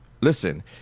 listen